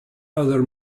other